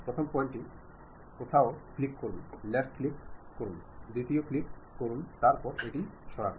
প্রথম পয়েন্টটি কোথাও ক্লিক করুন লেফট ক্লিক করুন দ্বিতীয় তৃতীয় ক্লিক করুন তারপর এটি সরান